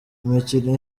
imikino